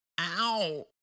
Ow